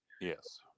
Yes